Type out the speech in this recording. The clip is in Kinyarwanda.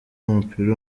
w’umupira